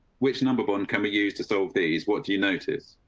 which number one can be used to solve these? what do you notice?